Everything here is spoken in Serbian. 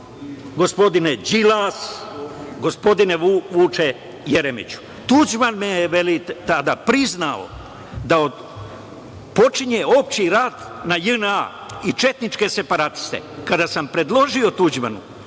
gospodine Đilas, gospodine Vuče Jeremiću? „Tuđman mi je tada priznao da počinje opšti rat na JNA i četničke separatiste. Kada sam predložio Tuđmanu